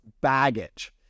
baggage